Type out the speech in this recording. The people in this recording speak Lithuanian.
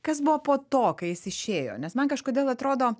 kas buvo po to kai jis išėjo nes man kažkodėl atrodo